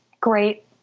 great